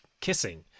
kissing